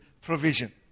provision